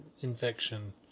infection